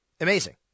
Amazing